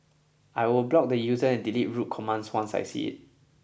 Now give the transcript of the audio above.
I will block the user and delete rude commands once I see it